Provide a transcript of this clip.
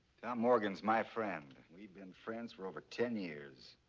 morgan is my friend. we've been friends for over ten years.